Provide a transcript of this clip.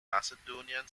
macedonian